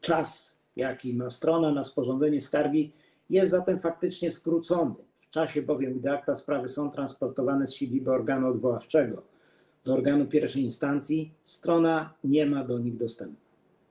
Czas, jaki strona ma na sporządzenie skargi, jest zatem faktycznie skrócony, bowiem w czasie gdy akta sprawy są transportowane z siedziby organu odwoławczego do organu I instancji, strona nie ma do nich dostępu.